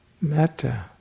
metta